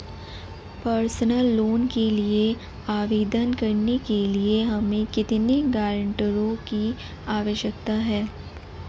Personal loan के लिए आवेदन करने के लिए हमें कितने गारंटरों की आवश्यकता है?